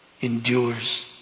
Endures